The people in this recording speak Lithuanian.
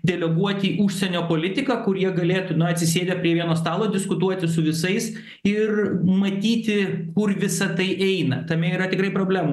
deleguoti užsienio politiką kurie galėtų na atsisėdę prie vieno stalo diskutuoti su visais ir matyti kur visa tai eina tame yra tikrai problemų